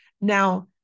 Now